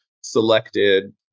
selected